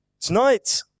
tonight